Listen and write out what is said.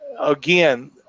Again